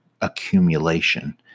accumulation